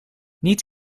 niet